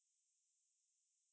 just another junk food lah